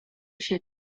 się